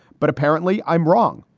but apparently i'm wrong.